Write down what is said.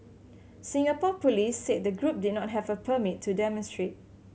Singapore police said the group did not have a permit to demonstrate